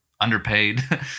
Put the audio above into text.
underpaid